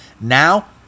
Now